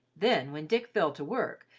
then when dick fell to work,